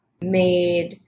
made